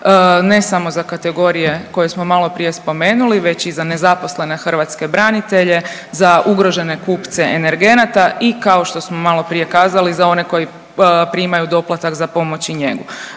Ne samo za kategorije koje smo maloprije spomenuli već i za nezaposlene hrvatske branitelje, za ugrožene kupce energenata i kao što smo maloprije kazali za one koji primaju doplatak za pomoć i njegu.